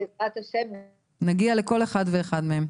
אנחנו נגיע לכל אחד ואחד מהם.